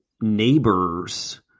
neighbors